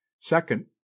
Second